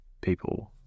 people